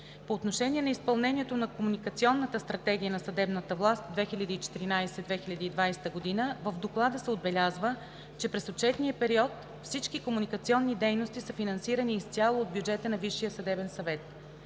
По отношение на изпълнението на Комуникационната стратегия на съдебната власт 2014 – 2020 г. в Доклада се отбелязва, че през отчетния период всички комуникационни дейности са финансирани изцяло от бюджета на Висшия съдебен съвет.